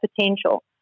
potential